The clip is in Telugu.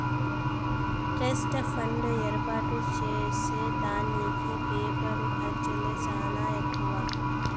ట్రస్ట్ ఫండ్ ఏర్పాటు చేసే దానికి పేపరు ఖర్చులే సానా ఎక్కువ